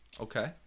Okay